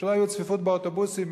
כשלא היתה צפיפות באוטובוסים,